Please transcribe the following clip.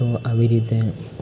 તો આવી રીતે